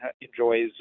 enjoys